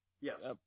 Yes